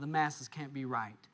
the masses can't be right